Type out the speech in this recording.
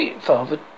Father